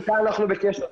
איתה אנחנו בקשר.